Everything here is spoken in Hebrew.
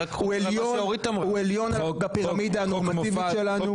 הוא עליון בפירמידה הנורמטיבית שלנו.